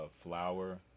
flour